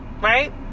right